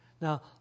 Now